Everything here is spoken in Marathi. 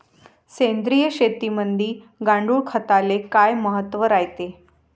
सेंद्रिय शेतीमंदी गांडूळखताले काय महत्त्व रायते?